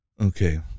Okay